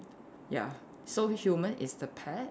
ya so human is the pet